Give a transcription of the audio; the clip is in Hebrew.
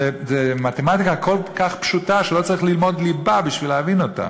זו מתמטיקה כל כך פשוטה שלא צריך ללמוד ליבה בשביל להבין אותה.